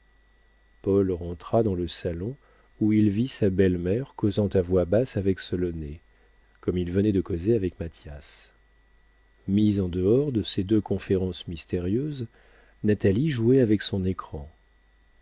paul rentra dans le salon où il vit sa belle-mère causant à voix basse avec solonet comme il venait de causer avec mathias mise en dehors de ces deux conférences mystérieuses natalie jouait avec son écran